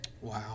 Wow